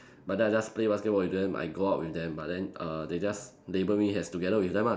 but then I just play basketball with them I go out with them but then err they just labouring has together with them ah